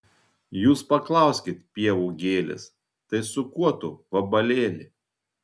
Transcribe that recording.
jūs paklauskit pievų gėlės tai su kuo tu vabalėli